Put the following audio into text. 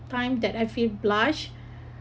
time that I feel blush